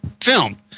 film